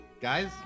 guys